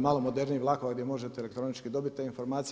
malo modernijih vlakova gdje možete elektronički dobiti te informacije.